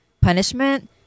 punishment